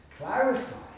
clarify